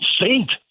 saint